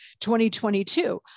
2022